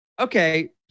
Okay